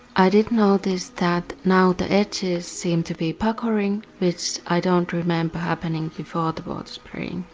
i did notice that now the edges seem to be puckering which i don't remember happening before the water spraying.